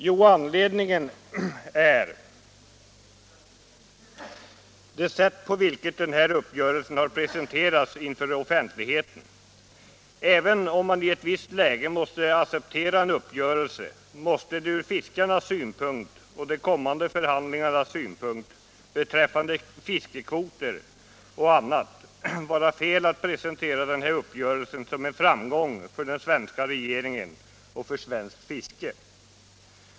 Jo, anledningen är det sätt på vilket uppgörelsen har presenterats inför offentligheten. Även om man i ett visst läge är tvungen att acceptera en uppgörelse måste det från fiskarnas synpunkt och för de kommande förhandlingarna beträffande fiskekvoter och annat vara fel att presentera den här upp görelsen som en framgång för den svenska regeringen och för svenskt fiske.